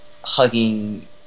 hugging